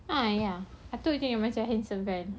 ah ya atuk jer macam handsome kan